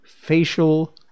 facial